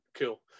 Cool